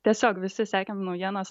tiesiog visi sekėm naujienas